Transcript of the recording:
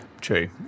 True